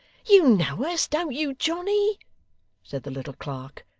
you know us, don't you, johnny said the little clerk,